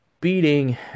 beating